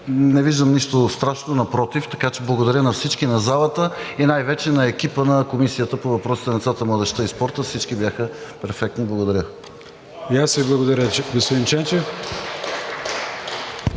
Не виждам нищо страшно, така че напротив. Благодаря на всички, на залата и най вече на екипа на Комисията по въпросите на децата младежта и спорта – всички бяха перфектни. Благодаря.